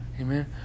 Amen